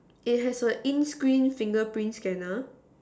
it has a in screen fingerprint scanner